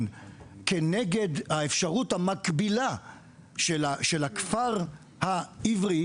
כנגד האפשרות המקבילה של הכפר העברי,